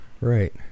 Right